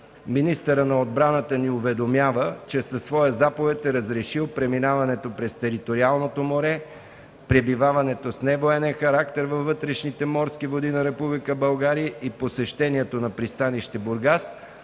министърът на отбраната ни уведомява, че със своя заповед е разрешил преминаването през териториалното море, пребиваването с невоенен характер във вътрешните морски води на Република България и посещението на пристанище Бургас